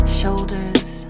shoulders